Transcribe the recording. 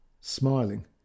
smiling